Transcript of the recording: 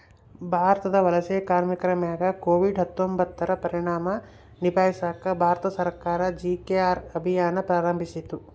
ಭಾರತದ ವಲಸೆ ಕಾರ್ಮಿಕರ ಮ್ಯಾಗ ಕೋವಿಡ್ ಹತ್ತೊಂಬತ್ತುರ ಪರಿಣಾಮ ನಿಭಾಯಿಸಾಕ ಭಾರತ ಸರ್ಕಾರ ಜಿ.ಕೆ.ಆರ್ ಅಭಿಯಾನ್ ಪ್ರಾರಂಭಿಸಿತು